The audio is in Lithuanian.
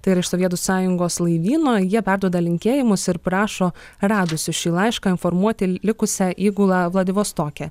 tai yra iš sovietų sąjungos laivyno jie perduoda linkėjimus ir prašo radusius šį laišką informuoti likusią įgulą vladivostoke